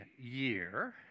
year